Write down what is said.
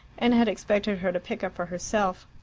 and had expected her to pick up for herself.